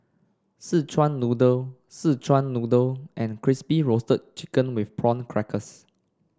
Szechuan Noodle Szechuan Noodle and Crispy Roasted Chicken with Prawn Crackers